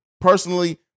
personally